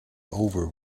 over